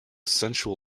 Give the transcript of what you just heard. sensual